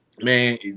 Man